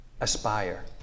aspire